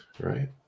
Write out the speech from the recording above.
right